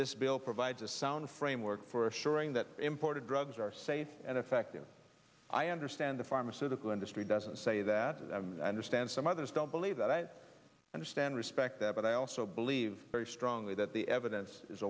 this bill provides a sound framework for assuring that imported drugs are safe and effective i understand the pharmaceutical industry doesn't say that understand some others don't believe that i understand respect that but i also believe very strongly that the evidence is